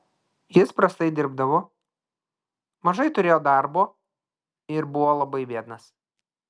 jis prastai dirbdavo mažai turėjo darbo ir buvo labai biednas